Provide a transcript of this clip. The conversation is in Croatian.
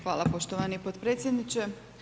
Hvala poštovani potpredsjedniče.